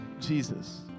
Jesus